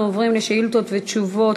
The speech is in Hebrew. אנחנו עוברים לשאילתות ותשובות.